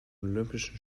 olympischen